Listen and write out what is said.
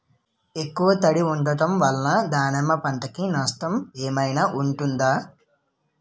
ఎక్కువ తడి ఉండడం వల్ల దానిమ్మ పంట కి నష్టం ఏమైనా ఉంటుందా?